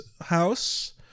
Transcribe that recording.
house